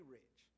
rich